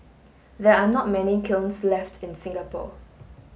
there are not many kilns left in Singapore